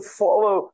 follow